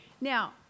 now